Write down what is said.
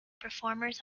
performers